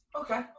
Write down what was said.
Okay